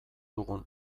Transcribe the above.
dugun